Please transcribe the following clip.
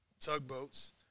tugboats